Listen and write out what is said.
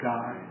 God